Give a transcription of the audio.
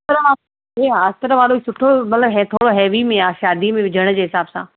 हा हे अस्तर वारो सुठो मतिलबु इहे थोरो हैवी में आ शादी में विझण जे हिसाब सां